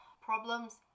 Problems